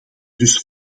dus